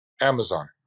Amazon